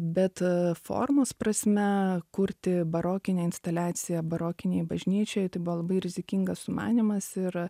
bet formos prasme kurti barokinę instaliaciją barokinėj bažnyčioje tai buvo labai rizikingas sumanymas ir